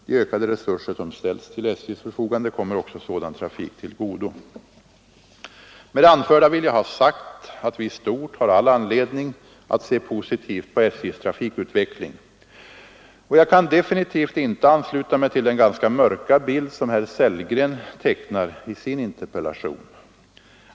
De ökade resurser som ställts till SJ:s förfogande kommer också sådan trafik till godo. Med det anförda vill jag ha sagt att vi i stort har all anledning att se positivt på SJ:s trafikutveckling. Och jag kan definitivt inte ansluta mig till den ganska mörka bild som herr Sellgren tecknar i sin interpellation.